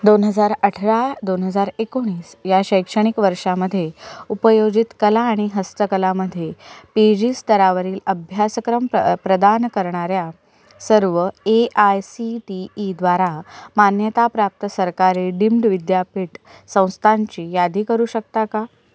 दोन हजार अठरा दोन हजार एकोणीस या शैक्षणिक वर्षामध्ये उपयोजित कला आणि हस्तकलामध्ये पी जी स्तरावरील अभ्यासक्रम प प्रदान करणाऱ्या सर्व ए आय सी टी ईद्वारा मान्यताप्राप्त सरकारी डिम्ड विद्यापीठ संस्थांची यादी करू शकता का